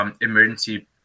emergency